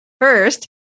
First